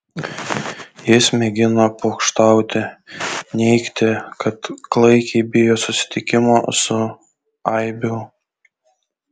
jis mėgino pokštauti neigti kad klaikiai bijo susitikimo su aibių